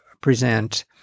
present